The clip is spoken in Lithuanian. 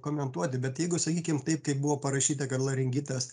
komentuoti bet jeigu sakykim taip kaip buvo parašyta kad laringitas